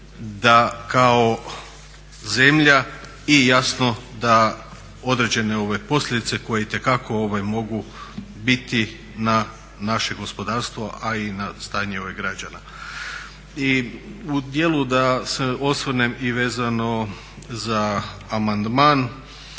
da kao zemlja i jasno da određene posljedice koje itekako mogu biti na naše gospodarstvo, a i na stanje građana. I u dijelu da se osvrnem i vezano za amandman.